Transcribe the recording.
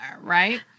right